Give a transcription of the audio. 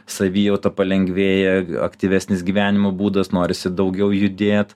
savijauta palengvėja aktyvesnis gyvenimo būdas norisi daugiau judėt